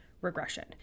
regression